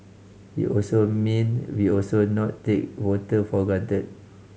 it also mean we also not take voter for granted